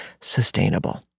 sustainable